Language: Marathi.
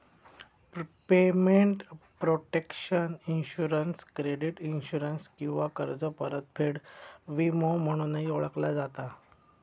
payment protection insurance credit insurance किंवा कर्ज परतफेड विमो म्हणूनही ओळखला जाता